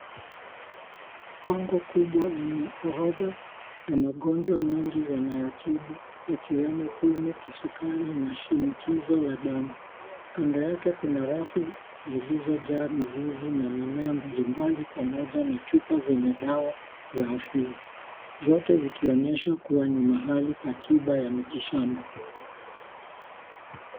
Bango kubwa lenye orodha ya magonjwa mengi wanayotibu yakiwemo pumu, kisukari na shinikizo la damu. Kando yake kuna rafu zilizojaa mizizi na mimea mbalimbali pamoja na chupa zenye dawa za asili. Zote zikionyesha kuwa ni mahali pa tiba ya miti shamba.